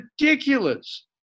ridiculous